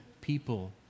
people